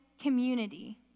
community